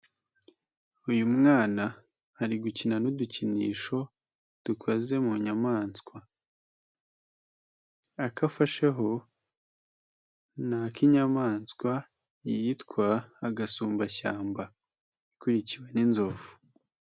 Uyu mwana ari gukina n'udukinisho dukoze mu nyamaswa. Ako afasheho ni ak'inyamaswa yitwa agasumbashyamba ikurikiwe n'inzovu.